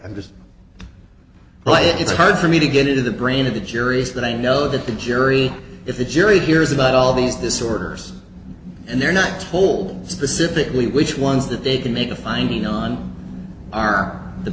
it's hard for me to get into the brain of the jury is that i know that the jury if the jury hears about all these disorders and they're not told specifically which ones that they can make a finding on are the